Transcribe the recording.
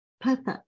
Perfect